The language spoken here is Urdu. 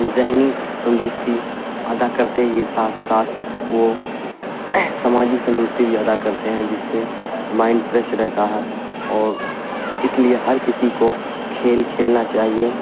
ذہنی تندرستی ادا کرتے یہ ساتھ ساتھ وہ سماجک تندرستی بھی ادا کرتے ہیں جس سے مائنڈ فریش رہتا ہے اور اس لیے ہر کسی کو کھیل کھیلنا چاہیے